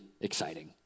exciting